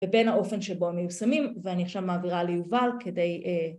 ‫בין האופן שבו מיושמים, ‫ואני עכשיו מעבירה ליובל כדי...